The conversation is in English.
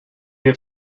have